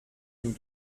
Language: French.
nous